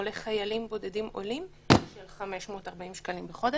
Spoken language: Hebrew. לחיילים בודדים עולים של 540 שקלים בחודש,